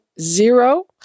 zero